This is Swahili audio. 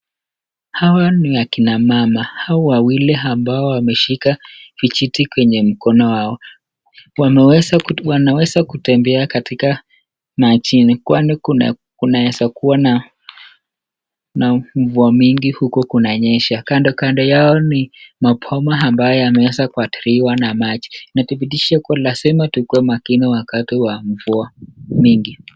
Hawa ni akina mama. Hawa wawili ambao wameshika vijiti kwenye mkono wao. Wanaweza kutembea katika majini kwani kunaeza kua na mvua mingi huko kunanyesha, kando kando yao ni maboma ambayo yameweza kuathiriwa na maji. Ni kudhibitisha lazima tukuwe makini wakati wa mvua mingi.